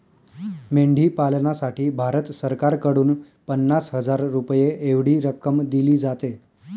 मेंढी पालनासाठी भारत सरकारकडून पन्नास हजार रुपये एवढी रक्कम दिली जाते